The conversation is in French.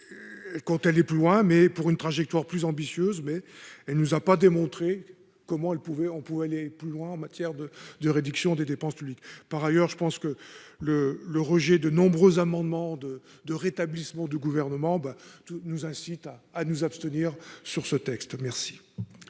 quand elle est plus loin, mais pour une trajectoire plus ambitieuse, mais elle nous a pas démontré comment elle pouvait on pouvait aller plus loin en matière de de réduction des dépenses publiques, par ailleurs, je pense que le le rejet de nombreux amendements de de rétablissement du gouvernement ben tout nous incite à à nous abstenir sur ce texte, merci.